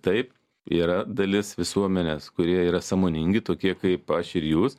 taip yra dalis visuomenės kurie yra sąmoningi tokie kaip aš ir jūs